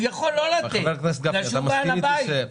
הוא יכול לא לתת, הוא בעל הבית.